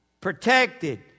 protected